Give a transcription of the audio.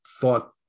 thought